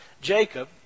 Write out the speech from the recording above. Jacob